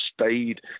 stayed